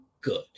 good